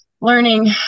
learning